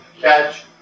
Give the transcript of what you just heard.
catch